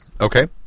Okay